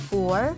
Four